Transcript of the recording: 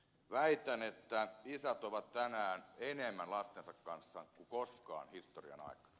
väitän että isät ovat tänään enemmän lastensa kanssa kuin koskaan historian aikana